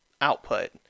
output